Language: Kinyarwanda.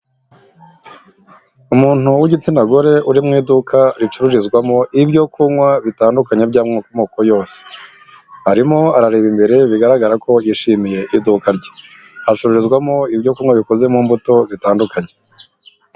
Umuntu w'igitsina gore uri mu iduka ricururizwamo ibyo kunywa bitandukanye by'amoko yose. Arimo arareba imbere bigaragara ko yishimiye iduka rye. Hacururizwamo ibyo kunywa bikoze mu mbuto zitandukanye.